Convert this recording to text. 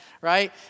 Right